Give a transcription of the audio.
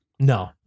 No